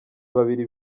babiri